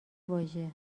واژه